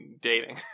dating